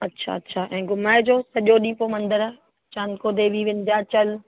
अच्छा अच्छा ऐं घुमाइजो सॼो ॾींहुं पोइ मंदरु चांदको देवी विंध्याचल